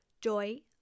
joy